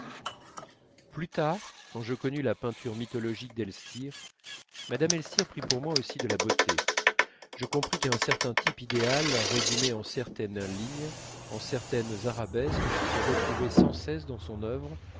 plus tard quand je connus la peinture mythologique d'elstir mme elstir prit pour moi aussi de la beauté je compris qu'à certain type idéal résumé en certaines lignes en certaines arabesques qui se retrouvaient sans cesse dans son œuvre